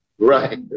Right